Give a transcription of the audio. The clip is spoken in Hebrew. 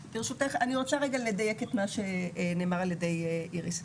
אני רוצה רגע לדייק את מה שנאמר על ידי איריס.